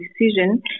decision